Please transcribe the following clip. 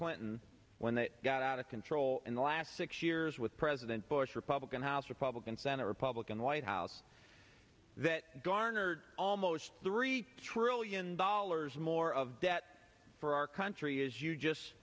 clinton when they got out of control in the last six years with president bush republican house republican senate republican white house that garnered almost three trillion dollars more of debt for our country as you just